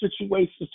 situations